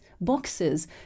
boxes